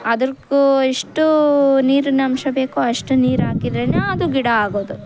ಅದಕ್ಕೂ ಇಷ್ಟೂ ನೀರಿನಂಶ ಬೇಕು ಅಷ್ಟು ನೀರು ಹಾಕಿದ್ರೇನೆ ಅದು ಗಿಡ ಆಗೋದು